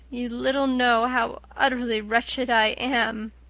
you little know how utterly wretched i am.